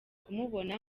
kumubona